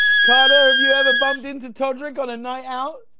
carter, have you ever bumped into todrick on a night out.